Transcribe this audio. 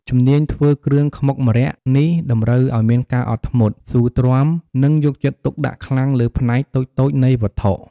ជំនាញធ្វើគ្រឿងខ្មុកម្រ័ក្សណ៍នេះតម្រូវឱ្យមានការអត់ធ្មត់ ស៊ូទ្រាំ និងយកចិត្តទុក្ខដាក់ខ្លាំងលើផ្នែកតូចៗនៃវត្ថុ។